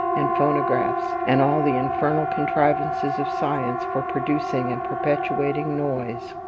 and phonographs, and all the infernal contrivances of science for producing and perpetuating noise?